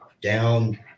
down